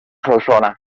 solsona